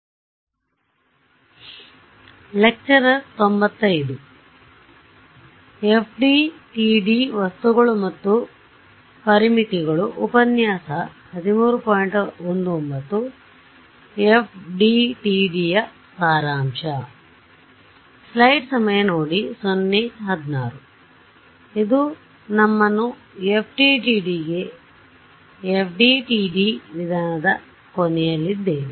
ಆದ್ದರಿಂದ ಇದು ನಮ್ಮನ್ನು ಎಫ್ಡಿಟಿಡಿ ವಿಧಾನದಕೊನೆಯಲ್ಲಿದ್ದೇವೆ